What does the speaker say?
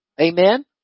Amen